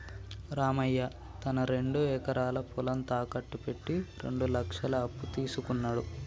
రామయ్య తన రెండు ఎకరాల పొలం తాకట్టు పెట్టి రెండు లక్షల అప్పు తీసుకున్నడు